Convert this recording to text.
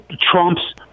trump's